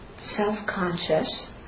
self-conscious